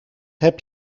heb